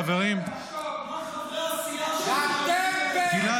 חברים ------ מה חברי הסיעה שלך --- גלעד,